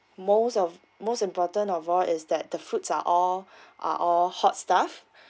most of most important of all is that the foods are all are all hot stuff